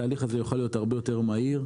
התהליך הזה יוכל להיות הרבה יותר מהיר,